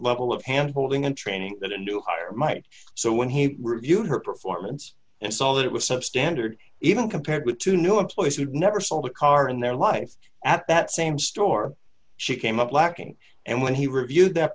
level of hand holding and training that a new hire might so when he reviewed her performance and saw that it was substandard even compared with two new employees would never sell the car in their life at that same store she came up lacking and when he reviewed that